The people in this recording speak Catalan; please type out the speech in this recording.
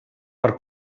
per